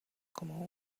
como